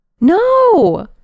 No